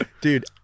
Dude